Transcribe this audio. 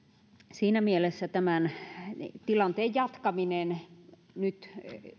siinä mielessä tämän tilanteen jatkaminen nyt